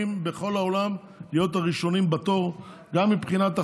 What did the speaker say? בכל העולם להיות הראשונים בתור גם מבחינת החולים,